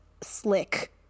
slick